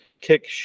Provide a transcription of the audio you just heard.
kick